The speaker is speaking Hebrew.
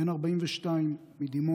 בן 42 מדימונה,